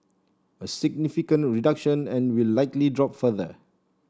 a significant reduction and will likely drop further